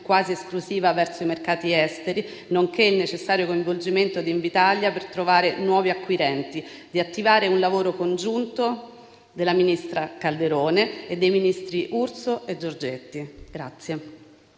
quasi esclusiva verso i mercati esteri, nonché il necessario coinvolgimento di Invitalia per trovare nuovi acquirenti, di attivare un lavoro congiunto della ministra Calderone e dei ministri Urso e Giorgetti.